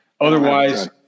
Otherwise